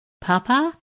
Papa